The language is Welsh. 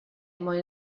mwyn